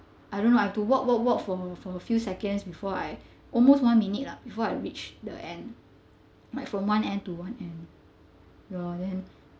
I don't know I have to walk walk walk for a for a few seconds before I almost one minute lah before I reached the end like from one end to one end lor then